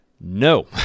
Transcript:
No